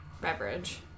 beverage